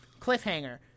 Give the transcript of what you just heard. Cliffhanger